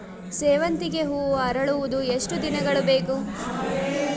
ಸೇವಂತಿಗೆ ಹೂವು ಅರಳುವುದು ಎಷ್ಟು ದಿನಗಳು ಬೇಕು?